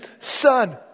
son